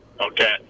Okay